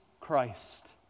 Christ